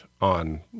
on